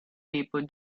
paper